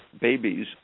babies